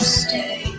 stay